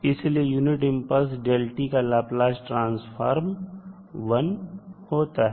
इसलिए unit impulse functions का Laplace transformer 1 होता है